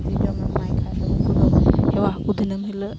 ᱡᱚᱢᱮᱢ ᱮᱢᱟᱭ ᱠᱷᱟᱱᱫᱚ ᱩᱱᱠᱩᱫᱚ ᱦᱮᱣᱟᱜᱼᱟᱠᱚ ᱫᱤᱱᱟᱹᱢ ᱦᱤᱞᱳᱜ